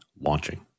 launching